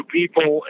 people